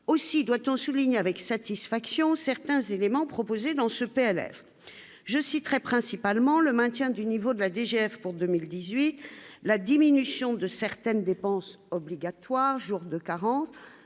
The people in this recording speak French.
aussi doit-on souligne avec satisfaction certains éléments proposés dans ce père, je citerai principalement le maintien du niveau de la DGF pour 2018, la diminution de certaines dépenses obligatoires jour de carence